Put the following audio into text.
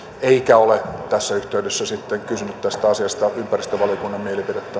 eikä ole tässä yhteydessä sitten kysynyt asiasta ympäristövaliokunnan mielipidettä